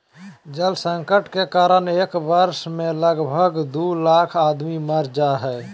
जल संकट के कारण एक वर्ष मे लगभग दू लाख आदमी मर जा हय